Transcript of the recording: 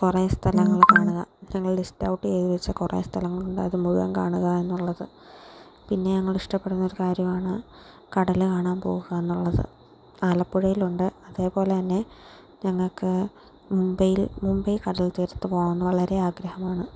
കുറേ സ്ഥലങ്ങൾ കാണുക ഞങ്ങൾ ലിസ്റ്റൌട്ട് ചെയ്ത് വച്ച കുറേ സ്ഥലങ്ങളുണ്ട് അത് മുഴുവൻ കാണുക എന്നുള്ളത് പിന്നെ ഞങ്ങൾ ഇഷ്ടപ്പെടുന്ന ഒരു കാര്യമാണ് കടൽ കാണാൻ പോകുകയെന്നുള്ളത് ആലപ്പുഴയിലുണ്ട് അതേപോലെ തന്നെ ഞങ്ങൾക്ക് മുംബൈയിൽ മുംബൈ കടൽത്തീരത്ത് പോകണം എന്ന് വളരെ ആഗ്രഹമാണ്